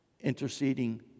interceding